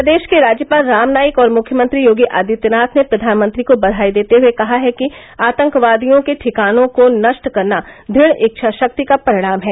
प्रदेश के राज्यपाल राम नाईक और मुख्यमंत्री योगी आदित्यनाथ ने प्रधानमंत्री को बधाई देते हुए कहा है कि आतंकवादियों को ठिकाने को नष्ट करना दुढ़ इच्छाशक्ति का परिणाम है